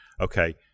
okay